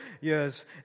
years